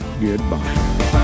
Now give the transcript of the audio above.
Goodbye